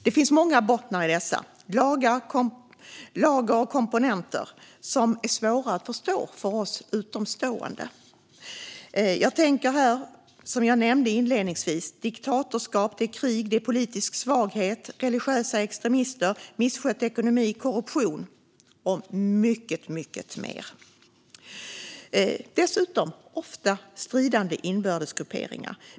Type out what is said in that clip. Det finns i dessa många bottnar, lager och komponenter som är svåra att förstå för oss utomstående. Jag tänker på diktatorskap, krig, politisk svaghet, religiösa extremister, misskött ekonomi, korruption och mycket mer. Dessutom finns ofta inbördes stridande grupperingar.